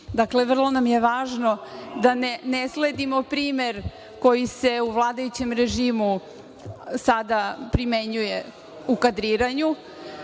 Dakle, vrlo nam je važno da ne sledimo primer koji se u vladajućem režimu sada primenjuje u kadriranju. Vi